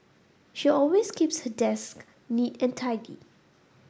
she always keeps her desk neat and tidy